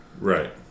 right